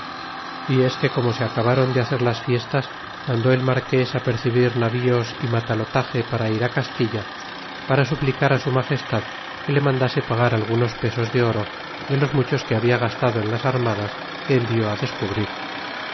y es que como se acabaron de hacer las fiestas mandó el marqués apercibir navíos y matalotaje para ir castilla para suplicar á su magestad que le mandase pagar algunos pesos de oro de los muchos que habia gastado en las armadas que envió á descubrir